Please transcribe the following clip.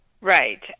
right